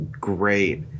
great